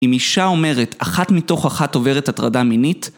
אם אישה אומרת אחת מתוך אחת עוברת הטרדה מינית